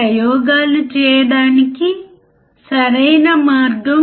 5 సరైనది